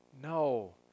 No